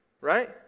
Right